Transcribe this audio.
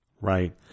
Right